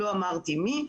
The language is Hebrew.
לא אמרתי מי,